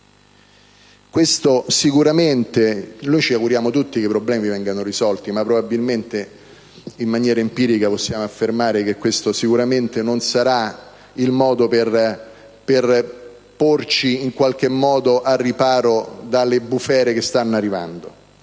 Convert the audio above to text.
Ci auguriamo tutti che i problemi vengano risolti, ma probabilmente, in maniera empirica, possiamo affermare che questo sicuramente non sarà il modo per porci al riparo dalle bufere che stanno arrivando.